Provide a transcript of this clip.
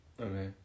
Okay